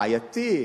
בעייתי,